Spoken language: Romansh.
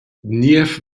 niev